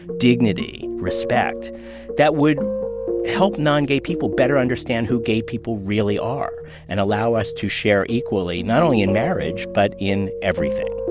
dignity, respect that would help non-gay people better understand who gay people really are and allow us to share equally not only in marriage but in everything